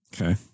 Okay